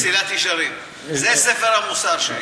"מסילת ישרים"; זה ספר המוסר שלי.